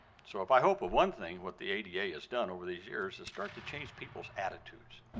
so if i hope, if one thing, what the ada has done over these years is start to change people's attitudes.